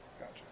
Gotcha